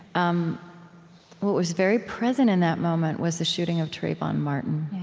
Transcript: um what was very present in that moment was the shooting of trayvon martin.